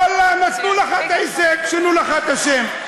ואללה, נתנו לך, שינו לך את השם.